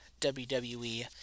WWE